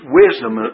wisdom